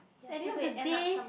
at the end of the day